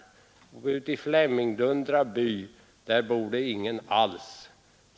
Och uti Femlingdundra by där bor det ingen alls.